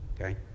okay